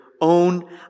own